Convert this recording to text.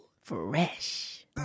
Fresh